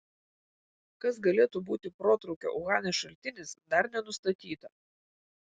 kas galėtų būti protrūkio uhane šaltinis dar nenustatyta